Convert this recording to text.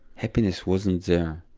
happiness wasn't there,